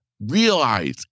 realize